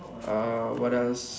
uh what else